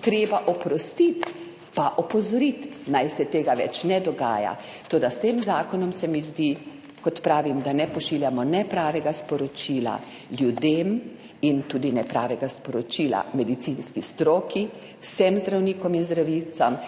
treba oprostiti pa opozoriti, naj se to več ne dogaja. Toda s tem zakonom se mi zdi, kot pravim, da ne pošiljamo pravega sporočila ljudem in tudi ne pravega sporočila medicinski stroki, vsem zdravnikom in zdravnicam,